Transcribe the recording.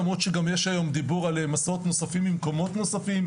למרות שגם יש היום דיבור על מסעות נוספים למקומות נוספים,